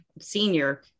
Senior